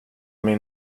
mig